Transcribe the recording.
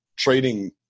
Trading